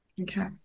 Okay